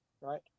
right